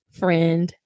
friend